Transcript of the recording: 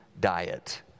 diet